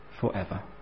forever